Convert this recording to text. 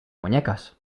muñecas